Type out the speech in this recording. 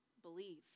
believe